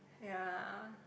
ya